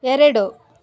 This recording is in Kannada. ಎರಡು